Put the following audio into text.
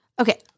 okay